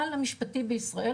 הכלל המשפטי בישראל,